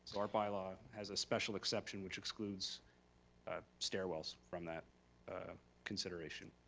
our bylaw has a special exception which excludes ah stairwells from that consideration.